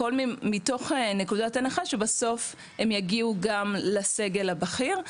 הכל מתוך נקודת הנחה שבסוף הם יגיעו גם לסגל הבכיר.